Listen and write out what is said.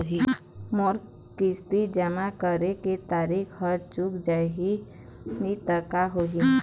मोर किस्त जमा करे के तारीक हर चूक जाही ता का होही?